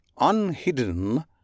unhidden